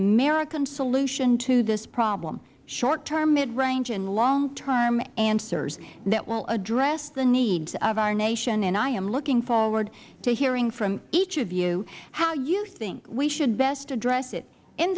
american solution to this problem short term mid range and long term answers that will address the needs of our nation and i am looking forward to hearing from each of you how you think we should best address it in